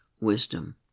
wisdom